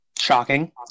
Shocking